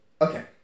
Okay